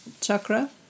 chakra